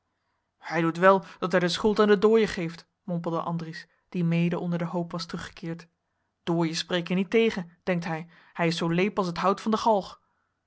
hij doet wel dat hij de schuld aan de dooien geeft mompelde andries die mede onder den hoop was teruggekeerd dooien spreken niet tegen denkt hij hij is zoo leep als het hout van de galg